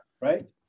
right